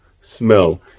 smell